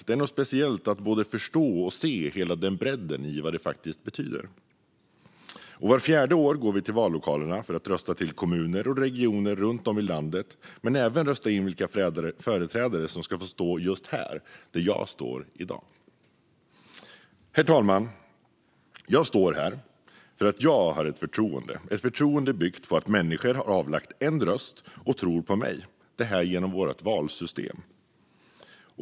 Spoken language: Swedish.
Det är något speciellt att både se och förstå hela den bredden i vad det faktiskt betyder. Vart fjärde år går vi till vallokalerna för att rösta till kommuner och regioner runt om i landet, men även för att rösta in vilka företrädare som ska få stå just här där jag står i dag. Herr talman! Jag står här för att jag har fått ett förtroende, ett förtroende byggt på att människor har avlagt en röst och tror på mig, detta genom vårt valsystem.